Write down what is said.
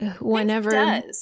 whenever